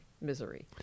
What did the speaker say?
misery